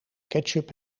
ketchup